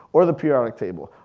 or the periodic table,